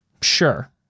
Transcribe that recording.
Sure